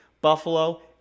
Buffalo